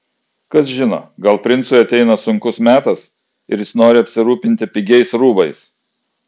kas žino gal princui ateina sunkus metas ir jis nori apsirūpinti pigiais rūbais